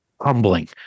humbling